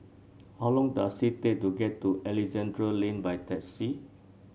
how long does it take to get to Alexandra Lane by taxi